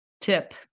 Tip